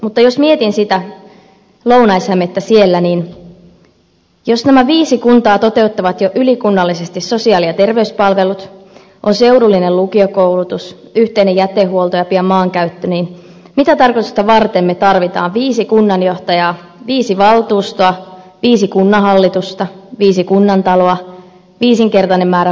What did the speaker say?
mutta jos mietin sitä lounais hämettä siellä niin jos nämä viisi kuntaa toteuttavat jo ylikunnallisesti sosiaali ja terveyspalvelut on seudullinen lukiokoulutus yhteinen jätehuolto ja pian maankäyttö niin mitä tarkoitusta varten me tarvitsemme viisi kunnanjohtajaa viisi valtuustoa viisi kunnanhallitusta viisi kunnantaloa viisinkertaisen määrän paperinpyöritystä